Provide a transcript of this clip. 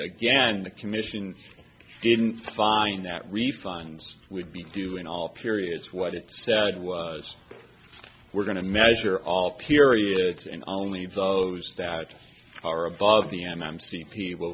again the commission didn't find that refines would be doing all periods what it said was we're going to measure all periods and only those that are above the m m c p will